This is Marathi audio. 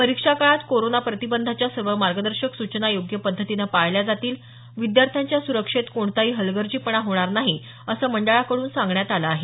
परीक्षा काळात कोरोना प्रतिबंधाच्या सर्व मार्गदर्शक सूचना योग्य पद्धतीनं पाळल्या जातील विद्यार्थ्यांच्या सुरक्षेत कोणताही हलगर्जीपणा होणार नाही असं मंडळाकडून सांगण्यात आलं आहे